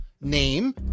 name